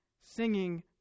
singing